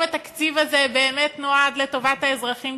התקציב הזה באמת נועד לטובת האזרחים,